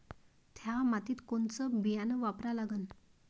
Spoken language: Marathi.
थ्या मातीत कोनचं बियानं वापरा लागन?